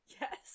Yes